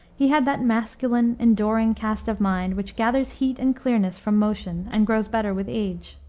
he had that masculine, enduring cast of mind which gathers heat and clearness from motion, and grows better with age.